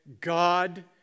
God